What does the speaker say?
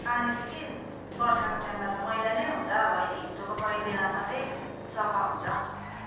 पानी त के बर्खाको टाइममा त मैला नै हुन्छ अब अहिले हिउँदको मै बेलामा मात्रै सफा हुन्छ